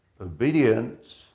Obedience